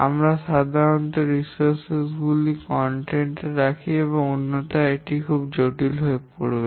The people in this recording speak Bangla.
আমরা সাধারণত সম্পদ গুলি ধ্রুবক রাখি অন্যথায় এটি অত্যন্ত জটিল হয়ে উঠবে